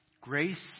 Grace